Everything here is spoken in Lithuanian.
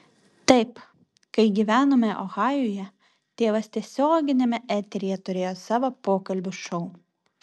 taip kai gyvenome ohajuje tėvas tiesioginiame eteryje turėjo savo pokalbių šou